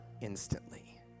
instantly